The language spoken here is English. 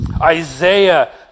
Isaiah